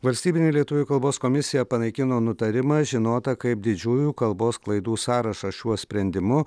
valstybinė lietuvių kalbos komisija panaikino nutarimą žinotą kaip didžiųjų kalbos klaidų sąrašą šiuo sprendimu